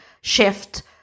shift